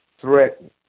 threatened